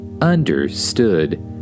Understood